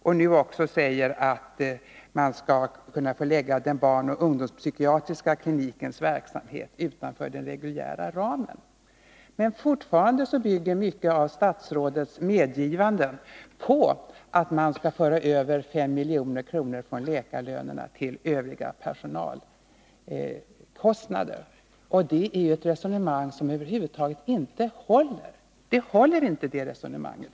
Och nu säger hon också att man skall kunna förlägga barnoch ungdomspsykiatriska klinikens verksamhet utanför den reguljära ramen. Men fortfarande bygger mycket av statsrådets medgivanden på att man skall föra över 5 milj.kr. från läkarlönerna till övriga personalkostnader. Det är ett resonemang som över huvud taget inte håller, fru Ahrland.